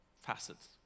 facets